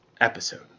episode